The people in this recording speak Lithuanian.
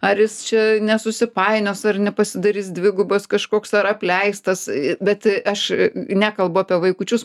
ar jis čia nesusipainios ar nepasidarys dvigubas kažkoks ar apleistas bet aš nekalbu apie vaikučius